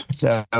but so, ah